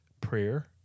prayer